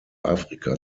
afrika